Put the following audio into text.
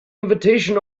invitation